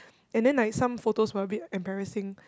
and then like some photos were a bit embarrassing